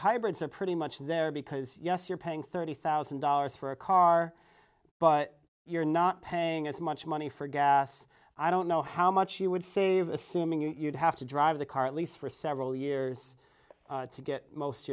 hybrids are pretty much there because yes you're paying thirty thousand dollars for a car but you're not paying as much money for gas i don't know how much you would save the simming you'd have to drive the car at least for several years to get most